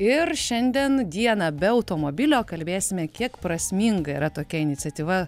ir šiandien dieną be automobilio kalbėsime kiek prasminga yra tokia iniciatyva